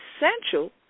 essential